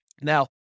Now